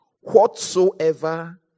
whatsoever